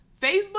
Facebook